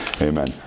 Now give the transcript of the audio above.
Amen